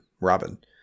Robin